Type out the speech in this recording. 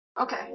Okay